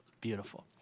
beautiful